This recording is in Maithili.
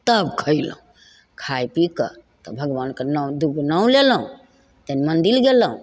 तब खयलहुँ खा पी कऽ तब भगवानके नाम दुगो नाम लेलहुँ फेर मन्दिर गेलहुँ